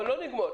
לא נגמור.